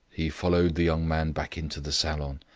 he followed the young man back into the salon.